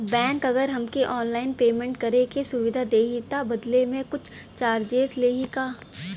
Bank अगर हमके online payment करे के सुविधा देही त बदले में कुछ चार्जेस लेही का?